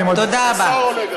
תודה רבה.